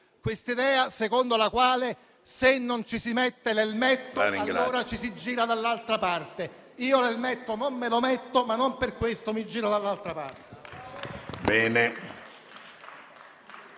l'idea, secondo la quale, se non ci si mette l'elmetto, ci si gira dall'altra parte. Io l'elmetto non lo metto, ma non per questo mi giro dall'altra parte.